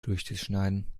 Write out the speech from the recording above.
durchzuschneiden